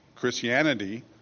Christianity